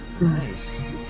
Nice